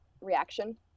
reaction